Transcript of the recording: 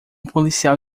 policial